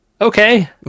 Okay